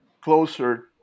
closer